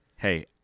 Hey